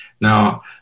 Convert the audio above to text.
Now